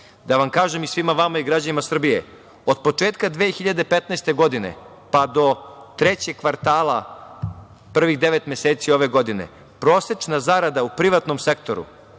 da vam kažem svima vama i građanima Srbije, od početka 2015. godine pa do trećeg kvartala prvih devet meseci ove godine, prosečna zarada u privatnom sektoru